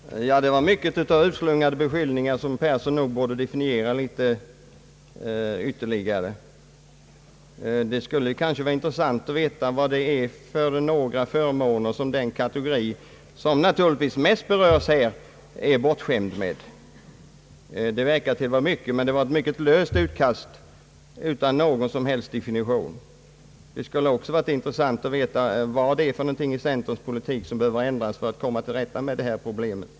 Herr talman! Detta var mycket av utslungade beskyllningar och påståenden som herr Yngve Persson nog borde definiera litet närmare. Det skulle vara intressant att veta vilka förmåner som den kategori, som naturligtvis mest berörs här, är bortskämd med. Det tycks vara många, men herr Persson gjorde ett mycket löst utkast utan någon som helst definition. Det skulle också ha varit intressant att få veta vad det är som behöver ändras i centerpartiets politik för att komma till rätta med skogsvårdsproblematiken.